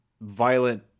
violent